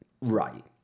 right